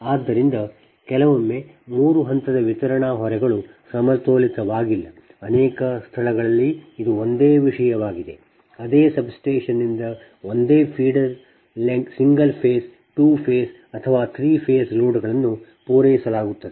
ಆದ್ದರಿಂದ ಕೆಲವೊಮ್ಮೆ ಮೂರು ಹಂತದ ವಿತರಣಾ ಹೊರೆಗಳು ಸಮತೋಲಿತವಾಗಿಲ್ಲ ಅನೇಕ ಸ್ಥಳಗಳಲ್ಲಿ ಇದು ಒಂದೇ ವಿಷಯವಾಗಿದೆ ಅದೇ ಸಬ್ಸ್ಟೇಶನ್ನಿಂದ ಒಂದೇ ಫೀಡರ್ ಸಿಂಗಲ್ ಫೇಸ್ 2 ಫೇಸ್ ಅಥವಾ 3 ಫೇಸ್ ಲೋಡ್ಗಳನ್ನು ಪೂರೈಸಲಾಗುತ್ತದೆ